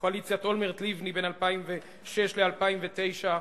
קואליציית אולמרט-לבני, בין 2006 ל-2009.